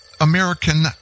American